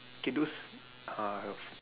okay those uh